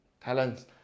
talents